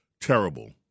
terrible